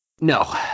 No